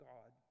God